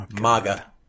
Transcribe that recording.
MAGA